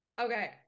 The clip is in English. Okay